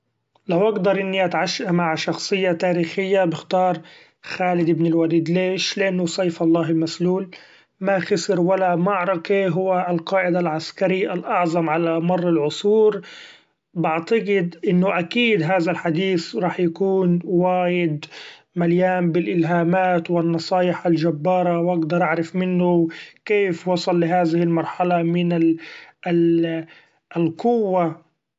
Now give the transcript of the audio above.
لو اقدر اني اتعشي مع شخصية تاريخية بختار خالد بن الوليد ليش ؛ لأنو سيف الله المسلول ما خسر و لا معركي هو القائد العسكري الأعظم علي مر العصور ، بعتقد انو أكيد هذا الحديث رح يكون وايد مليان بالإلهامات و النصايح الجبارة ، و اقدر أعرف منو كيف وصل لهذه المرحلة من القوة.